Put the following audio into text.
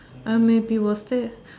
I maybe will stay